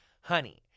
Honey